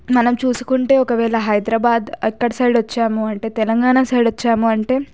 మనం చూసుకుంటే ఒకవేళ హైదరాబాద్ అక్కడ సైడ్ వచ్చాము అంటే తెలంగాణ సైడ్ వచ్చాము అంటే